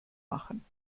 machen